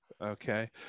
Okay